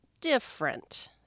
different